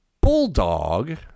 bulldog